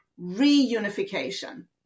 reunification